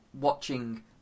watching